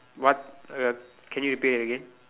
what uh can you repeat that again